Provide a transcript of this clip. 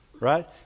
Right